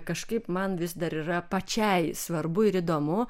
kažkaip man vis dar yra pačiai svarbu ir įdomu